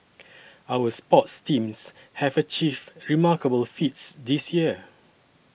our sports teams have achieved remarkable feats this year